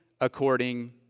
according